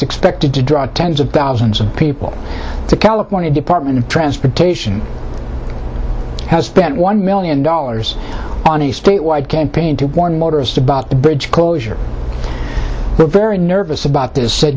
expected to draw tens of thousands of people to california department of transportation has spent one million dollars on a statewide campaign to warn motorists about the bridge closure but very nervous about this said